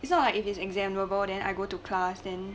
its not like if its examanable then I go to class then